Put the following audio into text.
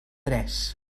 tres